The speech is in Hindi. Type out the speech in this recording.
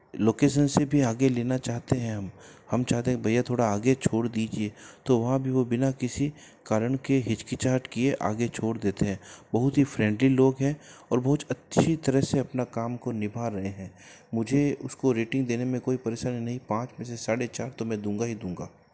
लोकेसन से भी आगे लेना चाहते हैं हम हम चाहते हैं भय्या थोड़ा आगे छोड़ दीजिए तो वहाँ भी वो बिना किसी कारण के हिचकिचाहत किए आगे छोड़ देते हैं बहुत ही फ़्रेंडली लोग हैं और बहुच अच्छी तरह से अपना काम को निभा रहे हैं मुझे उसको रेटिंग देने में कोई परेशानी नहीं पाँच में से साढ़े चार तो मैं दूँगा ही दूँ गा